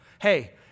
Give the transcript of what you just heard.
hey